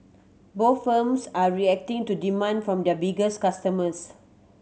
both firms are reacting to demand from their biggest customers